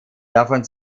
davon